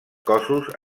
cossos